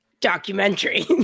documentary